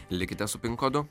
likite su pin kodu